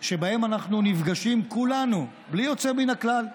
שבהם אנחנו נפגשים כולנו, בלי יוצא מן הכלל,